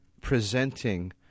presenting